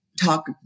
talk